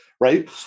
Right